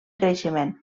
creixement